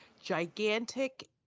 gigantic